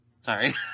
Sorry